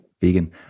Vegan